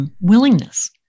willingness